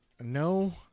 no